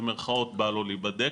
במרכאות, 'בא לו' להיבדק.